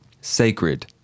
Sacred